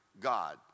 God